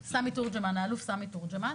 האלוף איציק תורג'מן,